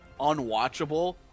unwatchable